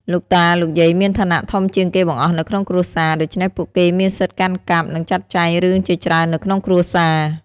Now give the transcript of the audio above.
លោកតា លោកយាយមានឋានៈធំជាងគេបង្អស់នៅក្នុងគ្រួសារ ដូច្នេះពួកគេមានសិទ្ធកាន់កាប់ និងចាត់ចែងរឿងជាច្រើននៅក្នុងគ្រួសារ។